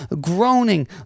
Groaning